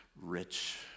rich